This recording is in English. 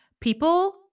People